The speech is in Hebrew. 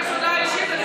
אני מבקש הודעה אישית.